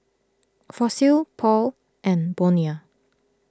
Fossil Paul and Bonia